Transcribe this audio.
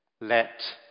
let